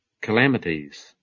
Calamities